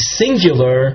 singular